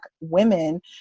women